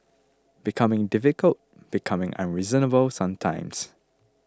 becoming difficult becoming unreasonable sometimes